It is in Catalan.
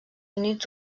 units